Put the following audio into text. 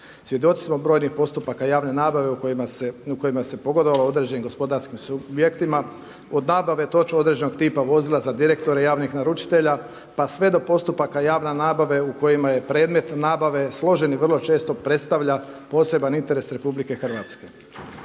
Svjedoci smo brojnih postupaka javne nabave u kojima se pogodovalo određenim gospodarskim subjektima, od nabave točno određenog tipa vozila za direktore javnih naručitelja, pa sve do postupaka javne nabave u kojima je predmet nabave složen i vrlo često predstavlja poseban interes Republike Hrvatske.